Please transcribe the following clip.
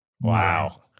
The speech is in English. Wow